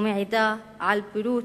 ומעידה על בורות,